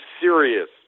serious